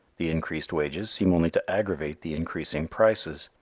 the increased wages seem only to aggravate the increasing prices.